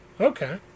Okay